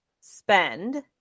spend